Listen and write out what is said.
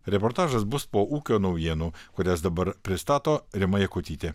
reportažas bus po ūkio naujienų kurias dabar pristato rima jakutytė